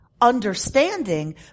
understanding